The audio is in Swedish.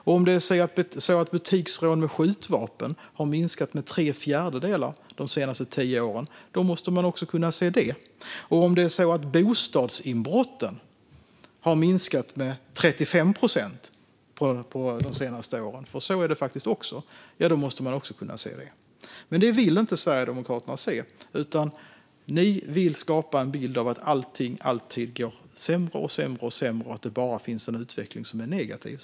Om det är så att butiksrånen med skjutvapen har minskat med tre fjärdedelar de senaste tio åren måste man kunna se det, och om det är så att bostadsinbrotten har minskat med 35 procent på de senaste åren - för så är det faktiskt också - måste man kunna se det. Men detta vill inte Sverigedemokraterna se. Ni vill skapa en bild av att allting alltid går sämre och sämre och att det bara finns en utveckling som är negativ.